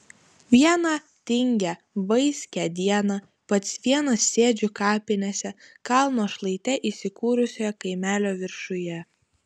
vieną tingią vaiskią dieną pats vienas sėdžiu kapinėse kalno šlaite įsikūrusio kaimelio viršuje